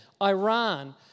Iran